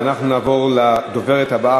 אנחנו נעבור לדוברת הבאה,